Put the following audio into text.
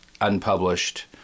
unpublished